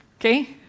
okay